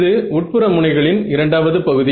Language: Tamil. இது உட்புற முனைகளை இரண்டாவது பகுதி